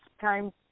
time